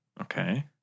Okay